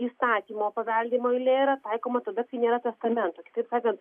įstatymo paveldima eilė yra taikoma tada kai nėra testamento kitaip sakant